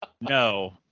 no